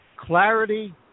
clarity